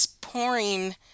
pouring